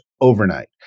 overnight